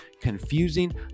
confusing